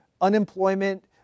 unemployment